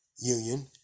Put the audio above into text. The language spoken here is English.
union